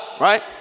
Right